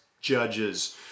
judges